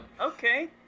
okay